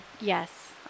yes